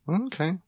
Okay